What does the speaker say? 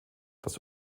das